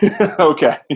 Okay